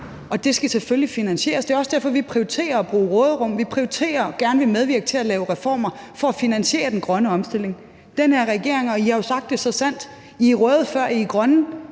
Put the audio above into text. og det skal selvfølgelig finansieres. Det er også derfor, vi prioriterer at bruge råderum, at vi prioriterer og gerne vil medvirke til at lave reformer for at finansiere den grønne omstilling. Den her regering – og I har jo sagt det så sandt – er røde, før I er grønne;